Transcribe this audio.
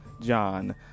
John